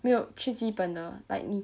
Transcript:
没有去基本的 like 你